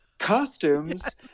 costumes